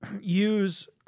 use